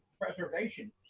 Preservation